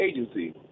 agency